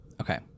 Okay